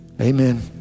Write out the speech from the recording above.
Amen